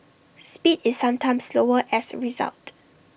speed is sometimes slower as A result